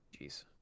jeez